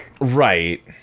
right